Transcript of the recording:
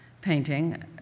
Painting